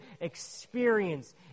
experience